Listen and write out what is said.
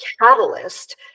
catalyst